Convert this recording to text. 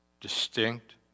distinct